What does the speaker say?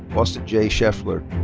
austin j. shreffler.